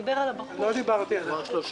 לא דיברתי עליך.